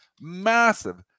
Massive